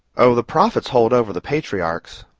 oh, the prophets hold over the patriarchs.